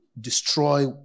destroy